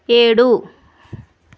ఏడు